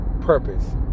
Purpose